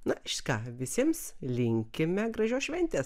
na ką visiems linkime gražios šventės